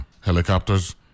Helicopters